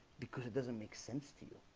because it doesn't make sense to you